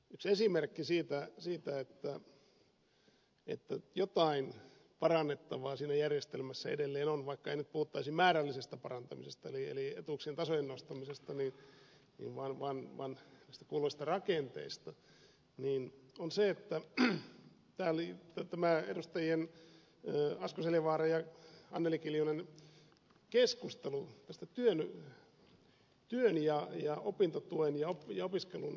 yksi esimerkki siitä että jotain parannettavaa siinä järjestelmässä edelleen on vaikka ei nyt puhuttaisi määrällisestä parantamisesta eli etuuksien tasojen nostamisesta vaan näistä kuuluisista rakenteista on tämä edustajien asko seljavaara ja anneli kiljunen keskustelu tästä työn ja opintotuen ja opiskelun suhteesta